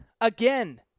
Again